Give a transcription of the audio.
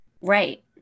Right